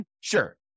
Sure